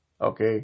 Okay